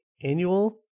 annual